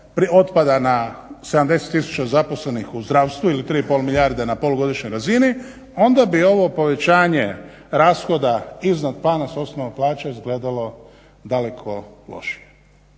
otpada na 70 tisuća zaposlenih u zdravstvu ili 3,5 milijarde na polugodišnjoj razini, onda bi ovo povećanje rashoda iznad plana s osnovom plaće izgledalo daleko lošije.